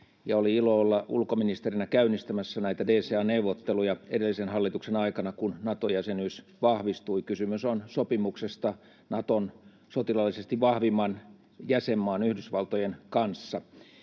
Oli ilo olla ulkoministerinä käynnistämässä näitä DCA-neuvotteluja edellisen hallituksen aikana, kun Nato-jäsenyys vahvistui. Kysymys on sopimuksesta Naton sotilaallisesti vahvimman jäsenmaan, Yhdysvaltojen, kanssa.